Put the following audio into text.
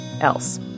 else